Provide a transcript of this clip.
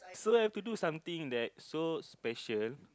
so have to something that so special